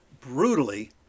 brutally